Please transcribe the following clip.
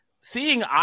seeing